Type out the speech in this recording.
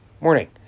morning